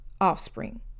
offspring